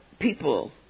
people